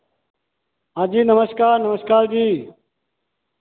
हाँ जी नमस्कार नमस्कार जी